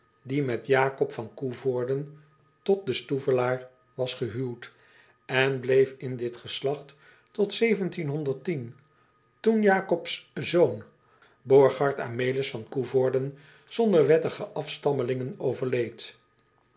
die met acob van oeverden tot den toevelaar was gehuwd en bleef in dit geslacht tot toen acob s zoon orchard melis van oeverden zonder wettige afstammelingen overleed